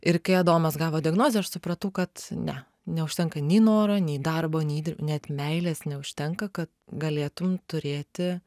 ir kai adomas gavo diagnozę aš supratau kad ne neužtenka nei noro nei darbo nei net meilės neužtenka kad galėtum turėti